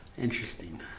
interesting